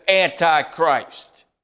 Antichrist